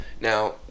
Now